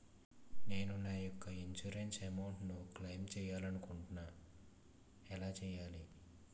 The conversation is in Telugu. నేను నా యెక్క ఇన్సురెన్స్ అమౌంట్ ను క్లైమ్ చేయాలనుకుంటున్నా ఎలా చేయాలి?